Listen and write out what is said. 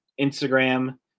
instagram